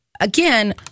again